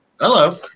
Hello